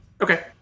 Okay